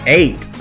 eight